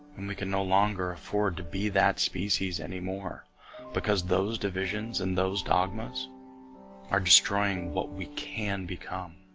and we can no longer afford to be that species anymore because those divisions and those dogmas are destroying what we can become?